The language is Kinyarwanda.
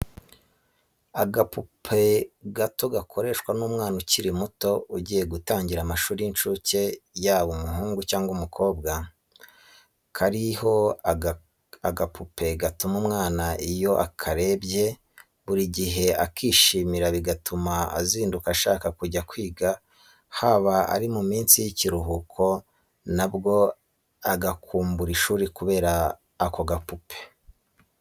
Agakapu gato gakoreshwa n'umwana ukiri muto ugiye gutangira amashuri y'incuke yaba umuhungu cyangwa umukobwa, kariho agapupe gatuma umwana iyo akarebye buri gihe akishimira bigatuma azinduka ashaka kujya kwiga haba ari mu minsi y'ikiruhuko nabwo agakumbura ishuri kubera ako gakapu.